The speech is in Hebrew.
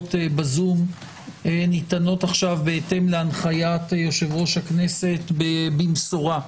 בישיבות בזום ניתנות כעת בהתאם להנחיית יושב-ראש הכנסת במסורה.